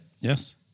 Yes